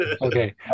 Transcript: Okay